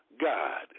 God